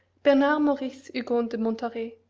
bernard-maurice hugon de montauret,